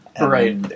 Right